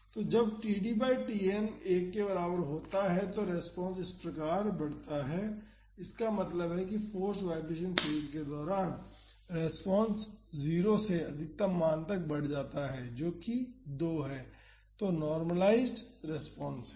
तो जब td by Tn 1 के बराबर होता है तो रेस्पॉन्स इस प्रकार होता है इसका मतलब है फोर्स्ड वाईब्रेशन फेज के दौरान रेस्पॉन्स 0 से अधिकतम मान तक बढ़ जाता है जो कि 2 है जो नॉर्मलाइज़्ड रेस्पॉन्स है